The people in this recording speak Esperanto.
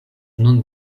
nun